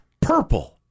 Purple